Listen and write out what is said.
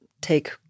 take